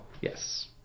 Yes